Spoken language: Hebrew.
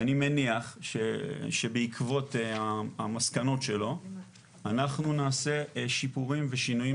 ואני מניח שבעקבות המסקנות שלו אנחנו נעשה שיפורים ושינויים